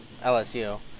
LSU